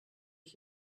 ich